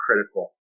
critical